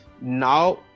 now